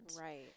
Right